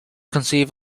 conceive